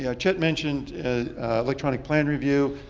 yeah chet mentioned electronic plan review.